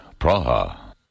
Praha